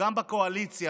גם בקואליציה,